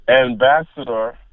ambassador